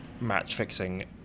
match-fixing